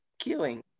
Killing